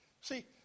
see